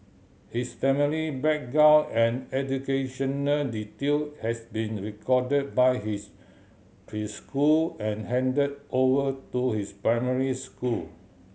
his family background and educational detail has been recorded by his preschool and handed over to his primary school